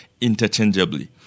interchangeably